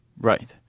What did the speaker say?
Right